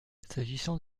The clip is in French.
s’agissant